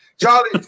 Charlie